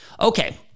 Okay